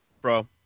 bro